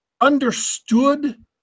understood